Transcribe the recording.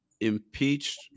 impeached